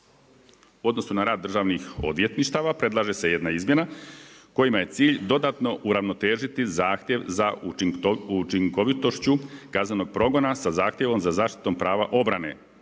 U odnosu na rad državnih odvjetništava, predlaže se jedna izmjena kojima je cilj dodatno uravnotežiti zahtjev za učinkovitošću kaznenog progona sa zahtjevom za zaštitom prava obrane,